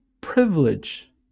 privilege